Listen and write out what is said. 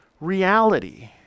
reality